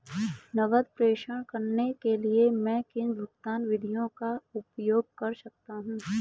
नकद प्रेषण करने के लिए मैं किन भुगतान विधियों का उपयोग कर सकता हूँ?